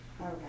Okay